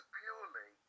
purely